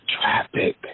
traffic